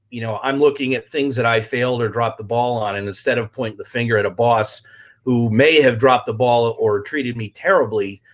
you know i'm looking at things that i failed or dropped the ball on and instead of pointing the finger at a boss who may have dropped the ball ah or treated me terribly,